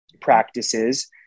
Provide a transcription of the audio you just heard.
Practices